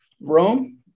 Rome